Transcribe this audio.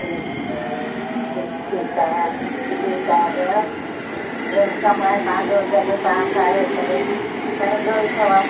जी जी जी ठीकु आहे ठीकु आहे भेण इहो बि कमु आएआहे तव्हांजो जॾहिं तव्हां ठाहियो तॾहिं पंहिंजो ई अथव